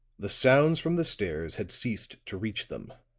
the sounds from the stairs had ceased to reach them.